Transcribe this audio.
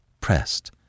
pressed